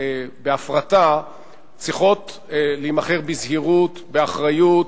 בהפרטה צריכות להימכר בזהירות, באחריות,